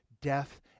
death